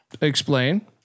Explain